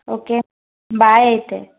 okay bye అయితే